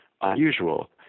unusual